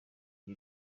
iki